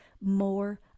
more